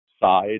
side